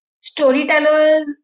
storytellers